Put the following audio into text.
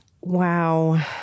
Wow